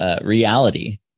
Reality